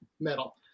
metal